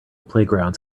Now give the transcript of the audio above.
playgrounds